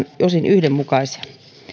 osin yhdenmukaisia